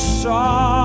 saw